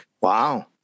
Wow